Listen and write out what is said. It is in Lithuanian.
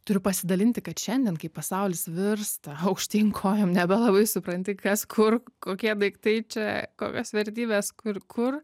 turiu pasidalinti kad šiandien kai pasaulis virsta aukštyn kojom nebelabai supranti kas kur kokie daiktai čia kokios vertybės kur kur